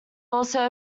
also